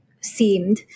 seemed